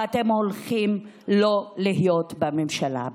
ואתם הולכים לא להיות בממשלה הבאה.